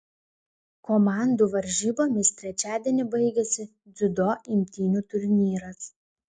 komandų varžybomis trečiadienį baigiasi dziudo imtynių turnyras